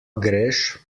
greš